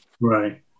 Right